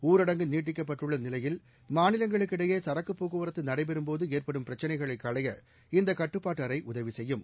ஊரடங்கு நீட்டிக்கப்பட்டுள்ளநிலையில் மாநிலங்களுக்கிடையேசரக்குப் போக்குவரத்துநடைபெறும்போதுஏற்படும் பிரச்சினைகளையஇந்தகட்டுப்பாட்டுஅறைஉதவிசெய்யும்